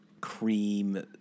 cream